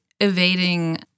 evading